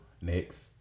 Next